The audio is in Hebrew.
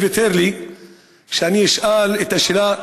שוויתר לי כדי שאני אשאל את השאלה.